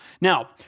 Now